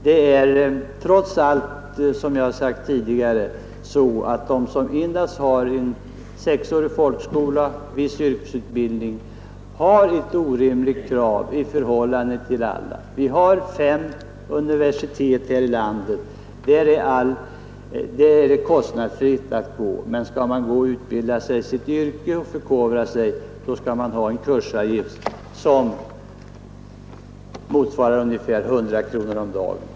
Det förhåller sig, trots allt, som jag tidigare sagt så att det på den som endast har sexårig folkskola och viss yrkesutbildning ställs orimliga krav i förhållande till andra. Vi har fem universitet här i landet, där det är kostnadsfritt att gå, men skall man utbilda sig i sitt yrke och förkovra sig skall man betala en kursavgift som motsvarar ungefär 100 kronor om dagen.